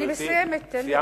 אני מסיימת, תן לי עוד דקה.